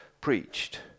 preached